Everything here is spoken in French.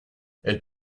elle